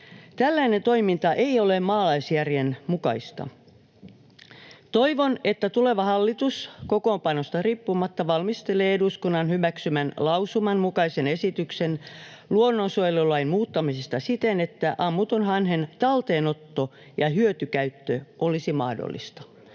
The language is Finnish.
Tällainen toiminta ei ole maalaisjärjen mukaista. Toivon, että tuleva hallitus, kokoonpanosta riippumatta, valmistelee eduskunnan hyväksymän lausuman mukaisen esityksen luonnonsuojelulain muuttamisesta siten, että ammutun hanhen talteenotto ja hyötykäyttö olisivat mahdollisia.